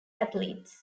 athletes